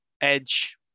Edge